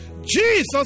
Jesus